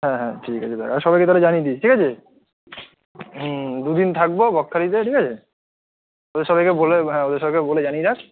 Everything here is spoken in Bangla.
হ্যাঁ হ্যাঁ ঠিক আছে দাঁড়া আর সবাইকে তাহলে জানিয়ে দিস ঠিক আছে হুম দু দিন থাকবো বকখালিতে ঠিক আছে ওদের সবাইকে বলে হ্যাঁ ওদের সবাইকে বলে জানিয়ে রাখ